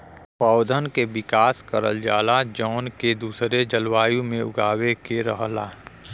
पौधन के विकास करल जाला जौन के दूसरा जलवायु में उगावे के रहला